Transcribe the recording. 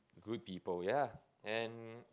in good people yeah and